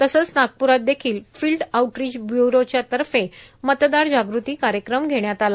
तसंच नागप्रात देखील फिल्ड आऊटरिच ब्यूरोच्या तर्फे मतदार जागृती कार्यक्रम घेण्यात आला